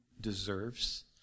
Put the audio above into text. deserves